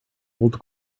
old